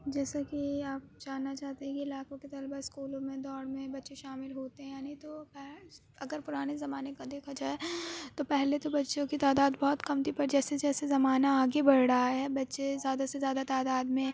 جیسا کہ آپ جاننا چاہتے ہیں کہ علاقوں کے طلباء اسکولوں میں دوڑ میں بچے شامل ہوتے ہیں یا نہیں تو اگر پُرانے زمانے کا دیکھا جائے تو پہلے تو بچوں کی تعداد بہت کم تھی پر جیسے جیسے زمانہ آگے بڑھ رہا ہے بچے زیادہ سے زیادہ تعداد میں